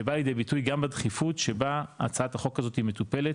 שבא לידי ביטוי גם בדחיפות שבה הצעת החוק הזאתי מטופלת,